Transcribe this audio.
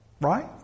right